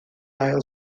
ail